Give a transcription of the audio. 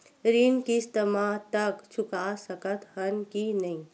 ऋण किस्त मा तक चुका सकत हन कि नहीं?